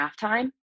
halftime